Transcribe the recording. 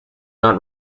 not